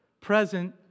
present